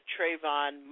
Trayvon